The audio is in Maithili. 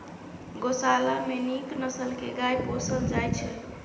गोशाला मे नीक नसल के गाय पोसल जाइ छइ